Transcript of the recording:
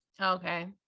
Okay